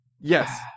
yes